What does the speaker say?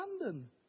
London